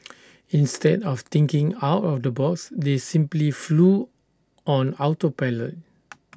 instead of thinking out of the box they simply flew on auto pilot